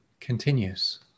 continues